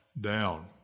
down